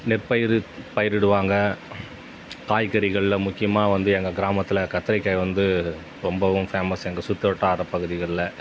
நெற்பயிர் பயிரிடுவாங்க காய்கறிகளில் முக்கியமாக வந்து எங்கள் கிராமத்தில் கத்திரிக்காய் வந்து ரொம்பவும் ஃபேமஸ் எங்கள் சுற்றுவட்டார பகுதிகளில்